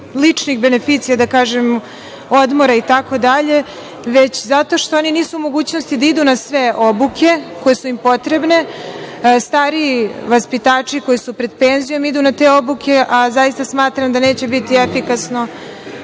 ličnih beneficija, da kažem, odmora itd, već zato što oni nisu u mogućnosti da idu na sve obuke koje su im potrebne? Stariji vaspitači, koji su pred penzijom, idu na te obuke, a zaista smatram da neće biti efikasno